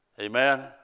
Amen